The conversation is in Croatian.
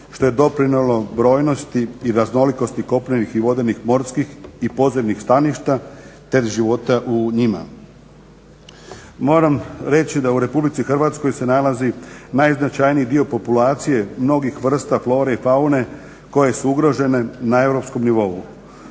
što je doprinijelo brojnosti i raznolikosti kopnenih i vodenih morskih i podzemnih staništa te života u njima. Moram reći da u Republici Hrvatskoj se nalazi najznačajniji dio populacije mnogih vrsta flore i faune koje su ugrožene na europskom nivou.